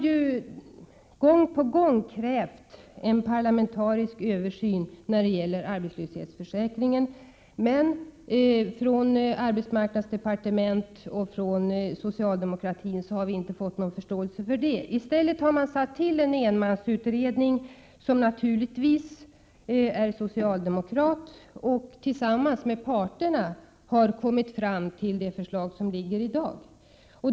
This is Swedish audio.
Vi har gång på gång krävt en parlamentarisk översyn av arbetslöshetsförsäkringen. Men från arbetsmarknadsdepartementet och socialdemokraterna har vi inte fått någon förståelse för det. I stället har man tillsatt en enmansutredare, som naturligtvis är socialdemokrat, och som tillsammans med parterna har kommit fram till det förslag som vi nu behandlar.